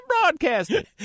Broadcasting